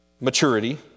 maturity